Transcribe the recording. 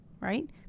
right